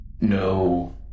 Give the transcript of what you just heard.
No